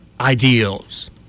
ideals